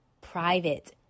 private